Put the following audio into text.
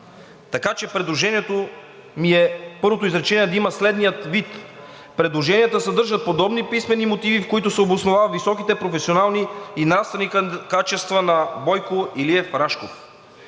така че предложението ми е първото изречение да има следния вид: „предложенията съдържат подобни писмени мотиви, в които се обосновават високите професионални и нравствени качества на Бойко Илиев Рашков.“